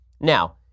Now